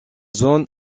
zone